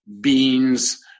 beans